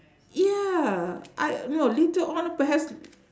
yeah I no later on perhaps